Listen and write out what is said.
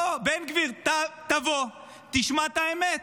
בוא, בן גביר, תבוא, תשמע את האמת: